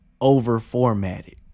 over-formatted